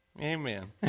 amen